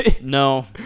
No